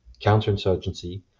counterinsurgency